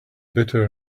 bitter